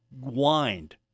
wind